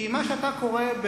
כי מה שאתה קורא,